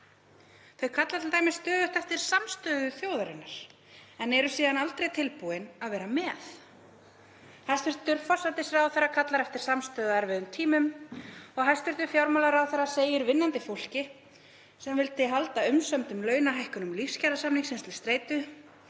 Þau kalla t.d. stöðugt eftir samstöðu þjóðarinnar en eru síðan aldrei tilbúin að vera með. Hæstv. forsætisráðherra kallar eftir samstöðu á erfiðum tímum og hæstv. fjármálaráðherra segir að vinnandi fólk sem vildi halda umsömdum launahækkunum lífskjarasamningsins til streitu